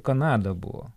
kanada buvo